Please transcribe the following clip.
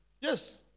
Yes